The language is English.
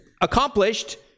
accomplished